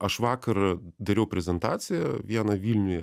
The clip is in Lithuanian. aš vakar dariau prezentaciją vieną vilniuje